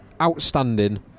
outstanding